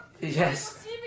yes